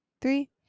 three